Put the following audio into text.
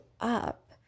up